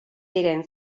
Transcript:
diren